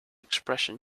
expression